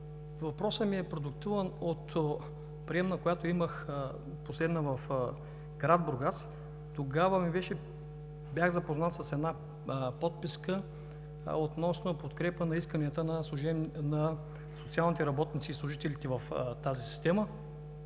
Въпросът ми е продиктуван от последната приемна, която имах в град Бургас. Тогава бях запознат с една подписка относно подкрепа на исканията на социалните работници и служителите в тази система,